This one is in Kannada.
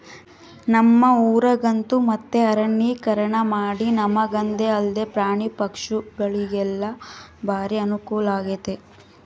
ನಮ್ಮ ಊರಗಂತೂ ಮತ್ತೆ ಅರಣ್ಯೀಕರಣಮಾಡಿ ನಮಗಂದೆ ಅಲ್ದೆ ಪ್ರಾಣಿ ಪಕ್ಷಿಗುಳಿಗೆಲ್ಲ ಬಾರಿ ಅನುಕೂಲಾಗೆತೆ